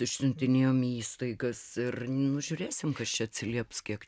išsiuntinėjom į įstaigas ir nu žiūrėsim kas čia atsilieps kiek